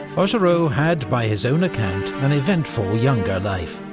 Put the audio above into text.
augereau had, by his own account, an eventful younger life,